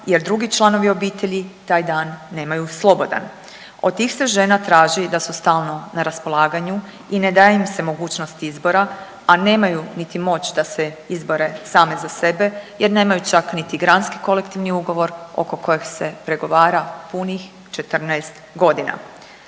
jer drugi članovi obitelji taj dan nemaju slobodan. Od tih se žena traži da su stalno na raspolaganju i ne daje im se mogućnost izbora, a nemaju niti moć da se izbore same za sebe jer nemaju čak niti granski kolektivni ugovor oko kojeg se pregovara punih 14.g..